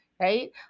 right